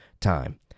time